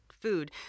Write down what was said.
food